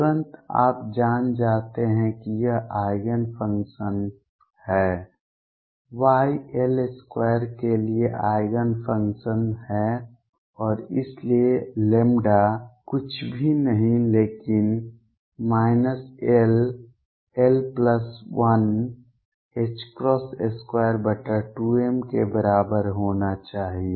तुरंत आप जान जाते हैं कि यह आइगेन फंक्शन है Y L2 के लिए आइगेन फंक्शन है और इसलिए λ कुछ भी नहीं लेकिन ll122m के बराबर होना चाहिए